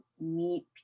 meet